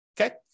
Okay